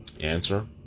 Answer